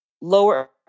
lower